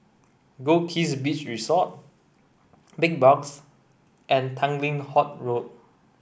Goldkist Beach Resort Big Box and Tanglin Halt Road